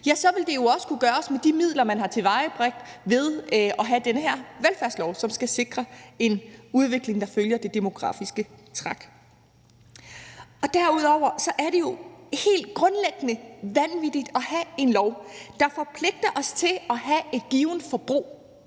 ja, så vil det jo også kunne gøres med de midler, man har tilvejebragt ved at have den her velfærdslov, som skal sikre en udvikling, der følger det demografiske træk. Derudover er det jo helt grundlæggende vanvittigt at have en lov, der forpligter os til at have et givent forbrug,